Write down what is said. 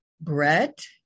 Brett